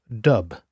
Dub